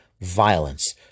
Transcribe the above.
violence